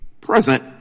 present